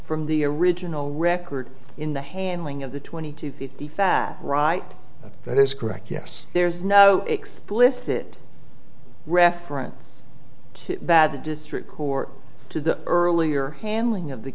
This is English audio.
from the original record in the handling of the twenty to fifty fat right but that is correct yes there's no explicit reference to bad the district court to the earlier handling of the